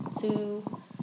Two